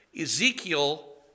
Ezekiel